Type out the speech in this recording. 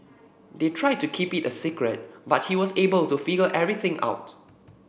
they tried to keep it a secret but he was able to figure everything out